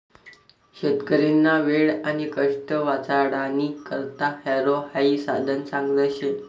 शेतकरीना वेळ आणि कष्ट वाचाडानी करता हॅरो हाई साधन चांगलं शे